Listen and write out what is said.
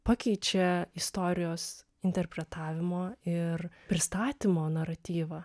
pakeičia istorijos interpretavimo ir pristatymo naratyvą